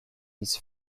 its